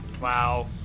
Wow